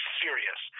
serious